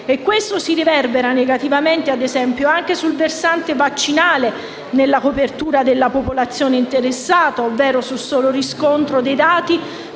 che si riverbera negativamente, ad esempio, anche sul versante vaccinale nella copertura della popolazione interessata, ovvero sul solo riscontro dei dati